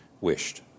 wished